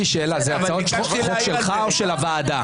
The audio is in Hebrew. זאת הצעה של הוועדה, לא שלך.